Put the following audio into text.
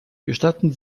gestatten